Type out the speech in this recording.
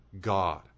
God